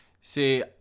See